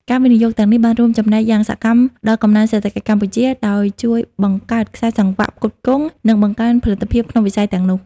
ការវិនិយោគទាំងនេះបានរួមចំណែកយ៉ាងសកម្មដល់កំណើនសេដ្ឋកិច្ចកម្ពុជា ដោយជួយបង្កើតខ្សែសង្វាក់ផ្គត់ផ្គង់ និងបង្កើនផលិតភាពក្នុងវិស័យទាំងនោះ។